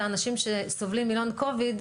ההערכה כרגע היא כ-10%-5% בקרב מבוגרים,